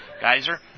Geyser